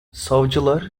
savcılar